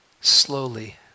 slowly